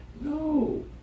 No